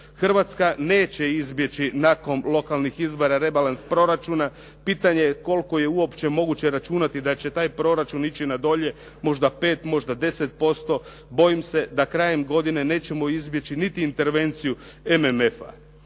Hrvatska neće izbjeći nakon lokalnih izbora rebalans proračuna. Pitanje koliko je uopće moguće računati da će taj proračun ići na dolje, možda 5, možda 10%. Bojim se da krajem godine nećemo izbjeći niti intervenciju MMF-a.